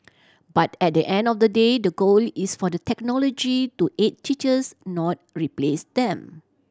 but at the end of the day the goal is for the technology to aid teachers not replace them